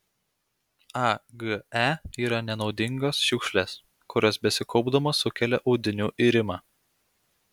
age yra nenaudingos šiukšlės kurios besikaupdamos sukelia audinių irimą